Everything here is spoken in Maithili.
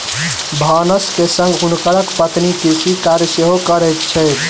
भानस के संग हुनकर पत्नी कृषि कार्य सेहो करैत छथि